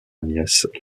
nièce